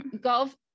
golf